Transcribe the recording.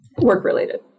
Work-related